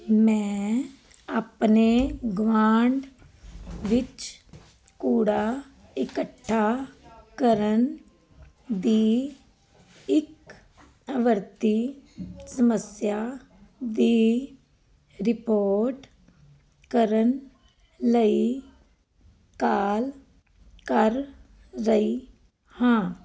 ਮੈਂ ਆਪਣੇ ਗੁਆਂਢ ਵਿੱਚ ਕੂੜਾ ਇਕੱਠਾ ਕਰਨ ਦੀ ਇੱਕ ਆਵਰਤੀ ਸਮੱਸਿਆ ਦੀ ਰਿਪੋਰਟ ਕਰਨ ਲਈ ਕਾਲ ਕਰ ਰਹੀ ਹਾਂ